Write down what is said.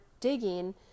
digging